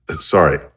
Sorry